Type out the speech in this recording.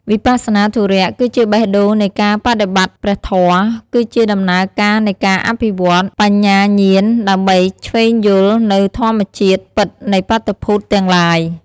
វិបស្សនាធុរៈ គឺជាបេះដូងនៃការបដិបត្តិព្រះធម៌ គឺជាដំណើរការនៃការអភិវឌ្ឍ បញ្ញាញ្ញាណដើម្បីឈ្វេងយល់នូវធម្មជាតិពិតនៃបាតុភូតទាំងឡាយ។